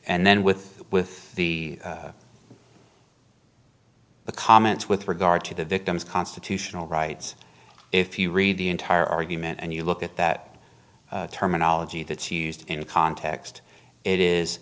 and then with with the the comments with regard to the victims constitutional rights if you read the entire argument and you look at that terminology that's used in context it is